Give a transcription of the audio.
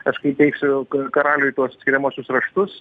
aš įkai įteiksiu karaliui tuos skiriamuosius raštus